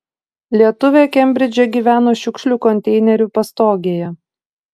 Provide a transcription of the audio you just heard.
lietuvė kembridže gyveno šiukšlių konteinerių pastogėje